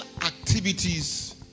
activities